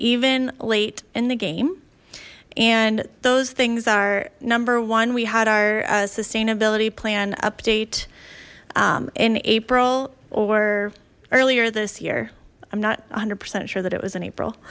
even late in the game and those things are number one we had our sustainability plan update in april or earlier this year i'm not one hundred percent sure that it was in